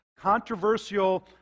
controversial